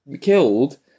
killed